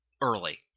early